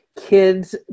kids